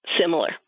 similar